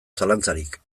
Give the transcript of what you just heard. zalantzarik